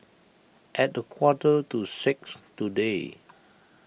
at a quarter to six today